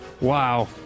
Wow